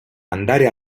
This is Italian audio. andare